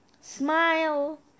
smile